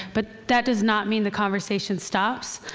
but that does not mean the conversation stops.